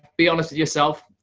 be honest with yourself.